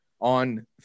on